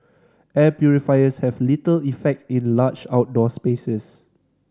air purifiers have little effect in large outdoor spaces